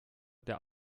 der